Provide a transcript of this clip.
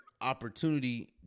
opportunity